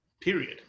period